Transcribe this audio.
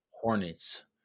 Hornets